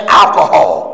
alcohol